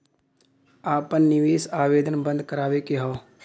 आपन निवेश आवेदन बन्द करावे के हौ?